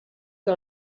que